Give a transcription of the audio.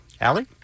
Allie